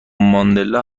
ماندلا